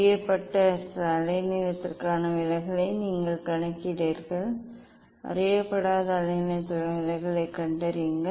அறியப்பட்ட அலைநீளத்திற்கான விலகலை நீங்கள் கணக்கிடுகிறீர்கள் அறியப்படாத அலைநீளத்திற்கான விலகலைக் கணக்கிடுகிறீர்கள்